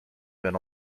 been